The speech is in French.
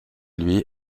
lui